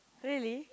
really